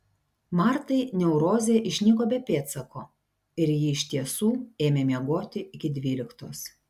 martai neurozė išnyko be pėdsako ir ji iš tiesų ėmė miegoti iki dvyliktos